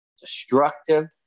destructive